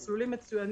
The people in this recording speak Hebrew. הם מסלולים מצוינים,